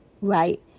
right